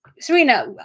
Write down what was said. Serena